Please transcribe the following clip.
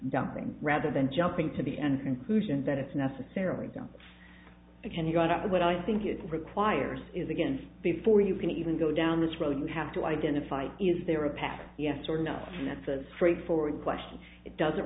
dumping rather than jumping to the end conclusion that it's necessarily go again you got up to what i think it requires is again before you can even go down this road you have to identify is there a pattern yes or no and that's a straightforward question it doesn't